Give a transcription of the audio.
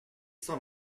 cent